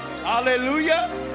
Hallelujah